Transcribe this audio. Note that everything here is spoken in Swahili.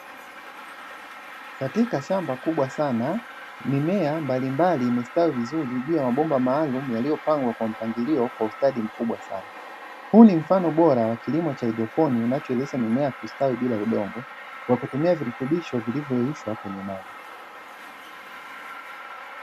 Katika shamba kubwa sana mimea mbalimbali imestawi vizuri juu ya mabomba maalumu yaliyopangwa kwa mpangilio kwa ustadi mkubwa sana, huu ni mfano wa kilimo cha haidroponi, kinachowezeshwa mimea kustawi bila udongo kwa kutumia virutubisho vilivvyo yeyushwa kwenye maji.